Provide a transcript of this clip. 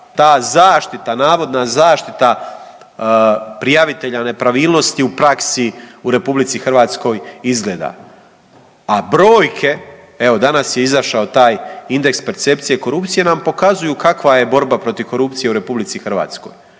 ta zaštita navodna zaštita prijavitelja nepravilnosti u praksi u RH izgleda. A brojke, evo danas je izašao taj indeks percepcije korupcije nam pokazuju kakva je borba protiv korupcije u RH. U sve pore